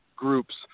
Groups